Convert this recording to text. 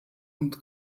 und